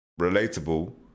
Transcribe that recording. relatable